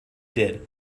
did